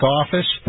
office